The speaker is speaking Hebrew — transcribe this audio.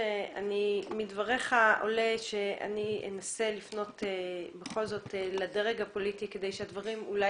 מדבריך עולה שאני אנסה לפנות בכל זאת לדרג הפוליטי כדי שהדברים אולי